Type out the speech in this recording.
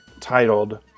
titled